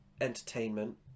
entertainment